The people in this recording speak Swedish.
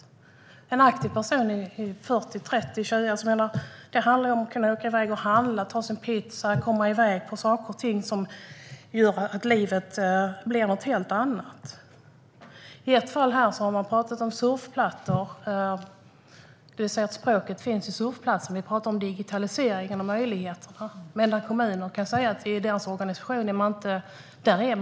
För en aktiv person i 20-, 30 eller 40-årsåldern handlar det om att kunna åka iväg och handla, ta en pizza och komma iväg på saker och ting som gör att livet blir något helt annat. Det har pratats om surfplattor, det vill säga att språket för en del finns i surfplattan. Vi pratar om digitalisering och möjligheterna det ger, medan en kommun kan säga att i deras organisation är man inte där ännu.